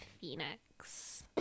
phoenix